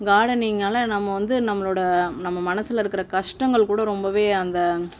கார்டானிங்னால் நம்ம வந்து நம்மளோட நம்ப மனசுலருக்க கஷ்டங்கள்கூட ரொம்பவே அந்த